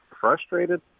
Frustrated